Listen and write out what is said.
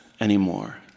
anymore